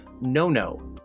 no-no